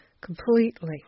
completely